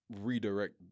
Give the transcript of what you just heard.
redirect